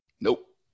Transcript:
Nope